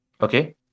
Okay